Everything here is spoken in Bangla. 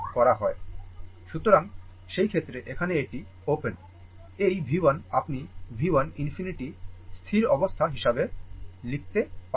সুতরাং সেই ক্ষেত্রে এখানে এটি ওপেন এই V 1 আপনি V 1 ∞ স্থির অবস্থা হিসাবে লিখতে পারেন